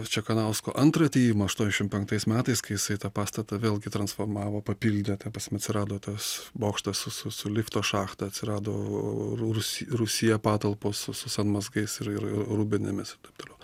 čekanausko antrą atėjimą aštuoniasdešimt penktais metais kai jisai tą pastatą vėlgi transformavo papildė ta prasme atsirado tas bokštas su su lifto šachta atsirado rus rūsyje patalpos su su san mazgais ir ir rūbinėmis ir taip toliau